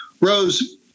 Rose